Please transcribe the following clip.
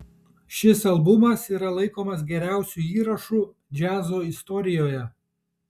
šis albumas yra laikomas geriausiu įrašu džiazo istorijoje